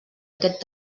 aquest